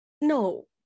no